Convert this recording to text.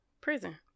prison